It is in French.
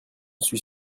suis